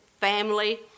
family